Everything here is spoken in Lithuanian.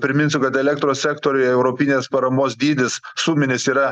priminsiu kad elektros sektoriuje europinės paramos dydis suminis yra